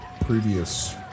previous